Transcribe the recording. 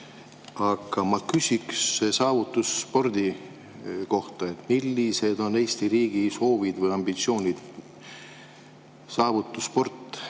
Aga ma küsin saavutusspordi kohta. Millised on Eesti riigi soovid või ambitsioonid saavutusspordis?